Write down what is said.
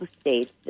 states